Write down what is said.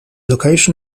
location